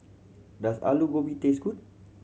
does Alu Gobi taste good